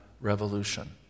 revolution